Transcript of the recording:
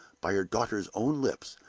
by her daughter's own lips,